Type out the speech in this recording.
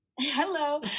hello